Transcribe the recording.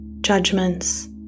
judgments